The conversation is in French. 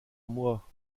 moi